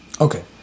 Okay